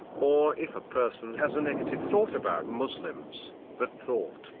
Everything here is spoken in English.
or if a person has a negative thought about muslims, that thought,